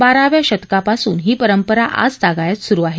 बाराव्या शतकापासून ही परंपरा आजतागायत सुरु आहे